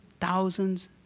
thousands